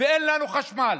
ואין לנו חשמל.